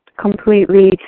completely